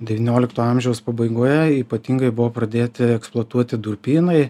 devyniolikto amžiaus pabaigoje ypatingai buvo pradėti eksploatuoti durpynai